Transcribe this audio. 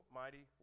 mighty